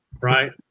Right